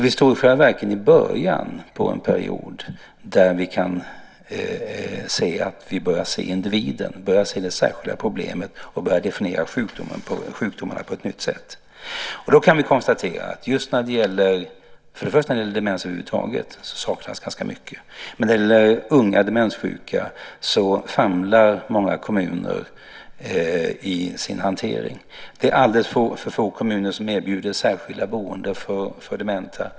Vi står i själva verket i början på en period där vi kan börja se individen och de särskilda problemen och börja definiera sjukdomarna på ett nytt sätt. Vi kan konstatera att det saknas ganska mycket när det gäller demens över huvud taget. Men när det gäller unga demenssjuka famlar många kommuner i sin hantering. Det är alldeles för få kommuner som erbjuder särskilda boenden för dementa.